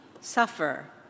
suffer